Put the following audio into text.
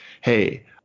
Hey